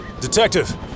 Detective